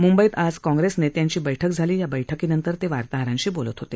मुंबईत आज काँग्रेस नेत्यांची बैठक झाली या बैठकीनंतर ते वार्ताहरांशी बोलत होते